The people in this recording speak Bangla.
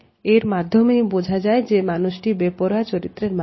এর মাধ্যমেই বোঝা যায় যে মানুষটি বেপরোয়া চরিত্রের মানুষ